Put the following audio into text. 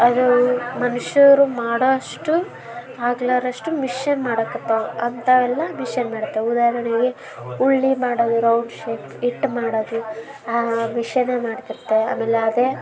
ಅದು ಮನುಷ್ಯರು ಮಾಡೋ ಅಷ್ಟು ಆಗ್ಲಾರ್ದಷ್ಟು ಮಿಷೆನ್ ಮಾಡಕತ್ತಾವೆ ಅಂಥವೆಲ್ಲ ಮಿಷನ್ ಮಾಡ್ತವೆ ಉದಾಹರ್ಣೆಗೆ ಉಳ್ಳಿ ಮಾಡೋದು ರೌಂಡ್ ಶೇಪ್ ಇಟ್ಟು ಮಾಡೋದು ಆ ಮಿಷೆನೇ ಮಾಡ್ತಿರ್ತಾವೆ ಆಮೇಲೆ ಅದೇ